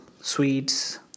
sweets